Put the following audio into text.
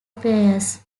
players